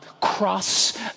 cross